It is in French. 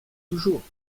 toujours